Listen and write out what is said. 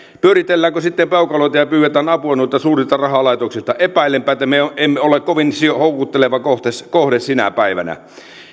pyöritelläänkö sitten peukaloita ja pyydetäänkö apua noilta suurilta rahalaitoksilta epäilenpä että me emme ole kovin houkutteleva kohde sinä päivänä